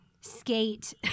skate